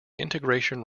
integration